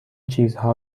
چیزها